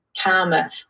karma